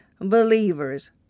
believers